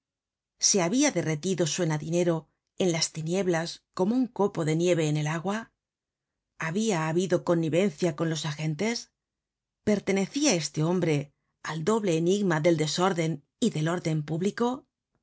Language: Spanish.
se habia derretido suena dinero en las tinieblas como un copo deiieve en el agua habia habido connivencia con los agentes pertenecia este hombre al doble enigma del desorden y del orden